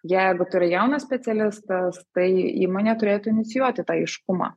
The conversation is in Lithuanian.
jeigu tai yra jaunas specialistas tai įmonė turėtų inicijuoti tą aiškumą